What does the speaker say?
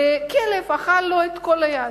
והכלב אכל לו את כל היד.